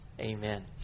Amen